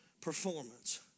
performance